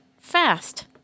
fast